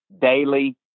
daily